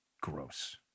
Gross